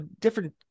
different